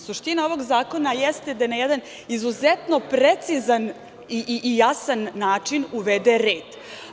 Suština ovog zakona jeste da na jedan izuzetno precizan i jasan način uvede red.